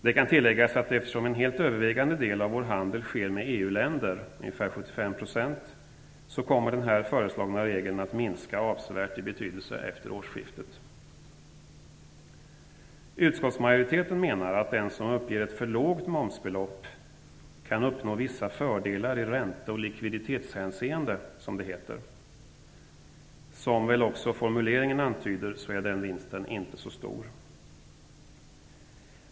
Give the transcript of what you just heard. Det kan tilläggas att eftersom en helt övervägande del - ungefär 75 %- av vår handel sker med EU länder, så kommer den föreslagna regeln att minska avsevärt i betydelse efter årsskiftet. Utskottsmajoriteten menar att den som uppger ett för lågt momsbelopp "kan uppnå vissa fördelar i ränte och likviditetshänseende", som det heter. Som väl också formuleringen antyder är den vinsten inte så stor.